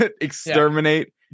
exterminate